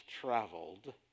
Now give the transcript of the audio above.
traveled